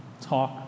talk